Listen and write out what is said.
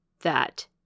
That